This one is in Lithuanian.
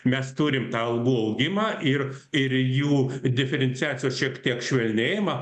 mes turim tą algų augimą ir ir jų diferenciacijos šiek tiek švelnėjimą